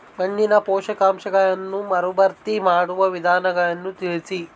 ಮಣ್ಣಿನ ಪೋಷಕಾಂಶಗಳನ್ನು ಮರುಭರ್ತಿ ಮಾಡುವ ವಿಧಾನಗಳನ್ನು ತಿಳಿಸಿ?